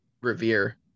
revere